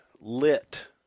lit